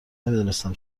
نمیدونستم